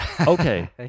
okay